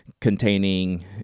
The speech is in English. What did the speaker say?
containing